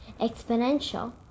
exponential